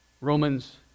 Romans